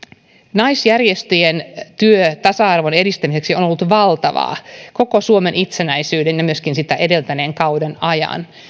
naisjärjestöjen työ tasa arvon edistämiseksi on ollut valtavaa koko suomen itsenäisyyden ja myöskin sitä edeltäneen kauden ajan